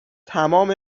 تمام